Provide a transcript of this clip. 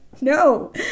no